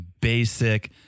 basic